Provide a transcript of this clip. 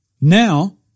Now